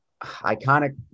iconic